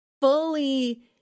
fully